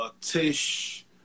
Tish